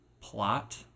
plot